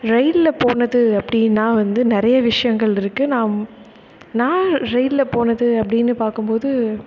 ரெயிலில் போனது அப்படினா வந்து நிறைய விஷயங்கள் இருக்குது நான் நான் ரெயிலில் போனது அப்படின்னு பார்க்கும் போது